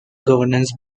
governance